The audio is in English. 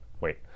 wait